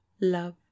love